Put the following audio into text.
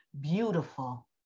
Beautiful